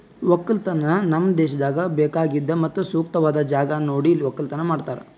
ಒಕ್ಕಲತನ ನಮ್ ದೇಶದಾಗ್ ಬೇಕಾಗಿದ್ ಮತ್ತ ಸೂಕ್ತವಾದ್ ಜಾಗ ನೋಡಿ ಒಕ್ಕಲತನ ಮಾಡ್ತಾರ್